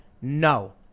no